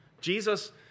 Jesus